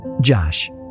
Josh